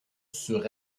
sur